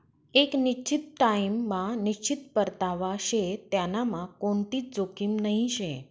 एक निश्चित टाइम मा निश्चित परतावा शे त्यांनामा कोणतीच जोखीम नही शे